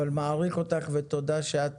אבל אני מעריך אותך ותודה שאת